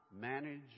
manage